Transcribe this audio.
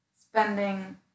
spending